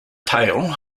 tail